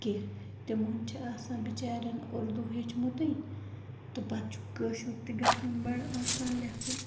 کیٚنہہ تِمَن چھِ آسان بِچارٮ۪ن اُردوٗ ہیٚچھمُتٕے تہٕ پَتہٕ چھُکھ کٲشُر تہِ گژھان بَڑٕ آسان لٮ۪کھُن